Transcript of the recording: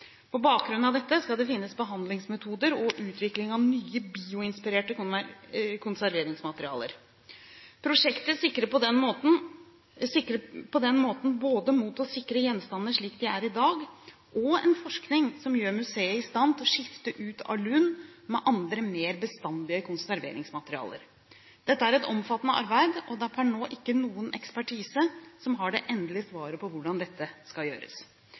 På bakgrunn av dette skal det finnes behandlingsmetoder og utvikling av nye bioinspirerte konserveringsmaterialer. Prosjektet sikter på denne måten både mot å sikre gjenstandene slik de er i dag, og en forskning som gjør museet i stand til å skifte ut alun med andre mer bestandige konserveringsmaterialer. Dette er et omfattende arbeid, og i dag er det ikke noen ekspertise som har det endelige svaret på hvordan dette skal gjøres.